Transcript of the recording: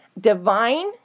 divine